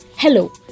Hello